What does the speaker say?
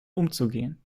umzugehen